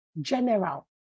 general